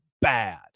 bad